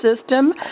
system